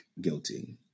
guilty